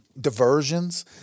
Diversions